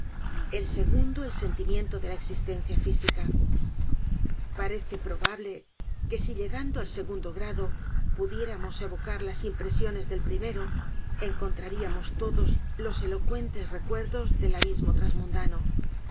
el segundo el sentimiento de la existencia física parece probable que si llegando al segundo grado pudiéramos evocarlas impresiones del primero encontraríamos todos los elocuentes recuerdos del abismo